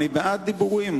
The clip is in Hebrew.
אני בעד דיבורים,